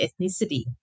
ethnicity